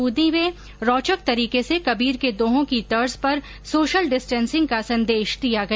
ब्रंदी में रौचक तरीके से कबीर के दोहों की तर्ज पर सोशल डिस्टेंसिंग का संदेश दिया गया